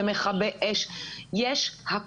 למכבי אש ולחשמלאים.